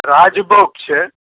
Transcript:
રાજભોગ છે